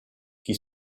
qui